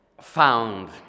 found